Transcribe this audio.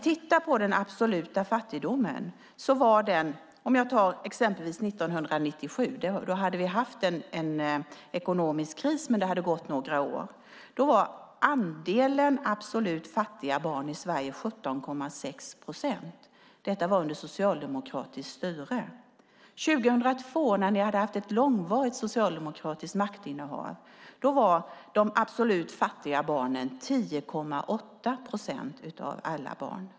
Exempelvis år 1997, då vi hade haft en ekonomisk kris och det hade gått några år, var andelen absolut fattiga barn i Sverige 17,6 procent. Det var alltså under socialdemokratiskt styre. År 2002 efter ett långvarigt socialdemokratiskt maktinnehav var andelen absolut fattiga barn 10,8 procent av alla barn.